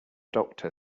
doctor